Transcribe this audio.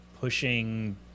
pushing